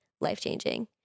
life-changing